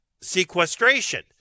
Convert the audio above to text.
sequestration